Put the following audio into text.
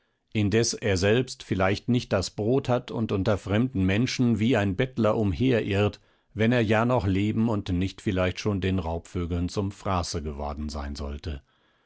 indes er selbst vielleicht nicht das brot hat und unter fremden menschen wie ein bettler umherirrt wenn er ja noch leben und nicht vielleicht schon den raubvögeln zum fraße geworden sein sollte